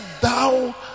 thou